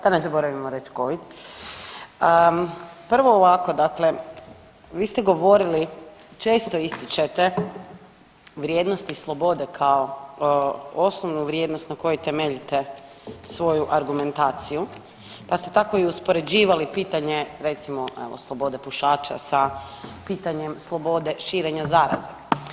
Da ne zaboravimo reći ..., prvo ovako dakle vi ste govorili često ističete vrijednosti slobode kao osnovnu vrijednost na kojoj temeljite svoju argumentaciju pa ste tako uspoređivali pitanje recimo, evo slobode pušača sa pitanjem slobode širenja zaraze.